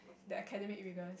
the academic rigours